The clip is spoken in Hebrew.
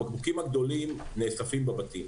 הבקבוקים הגדולים נאספים בבתים.